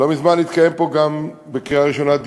לא מזמן התקיים פה דיון בקריאה ראשונה,